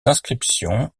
inscriptions